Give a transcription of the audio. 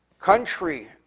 country